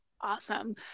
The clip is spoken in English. Awesome